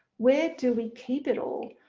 where do we keep it all?